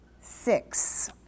Six